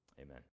Amen